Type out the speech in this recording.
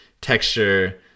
texture